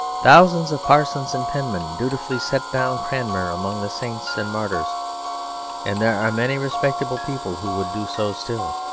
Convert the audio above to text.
thousands of parsons and penmen dutifully set down cranmer among the saints and martyrs and there are many respectable people who would do so still.